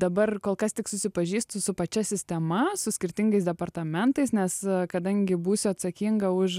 dabar kol kas tik susipažįstu su pačia sistema su skirtingais departamentais nes kadangi būsiu atsakinga už